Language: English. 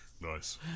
Nice